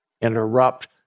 interrupt